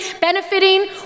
benefiting